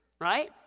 right